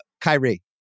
Kyrie